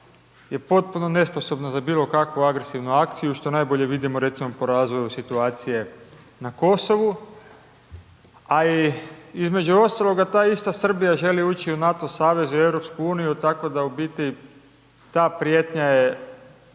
je potpuno nesposobna za bilo kakvu agresivnu akciju, što najbolje vidimo recimo po razvoju situacije na Kosovu. A i između ostaloga, ta ista Srbija želi ući u NATO savez i u EU, tako da u biti ta prijetnja je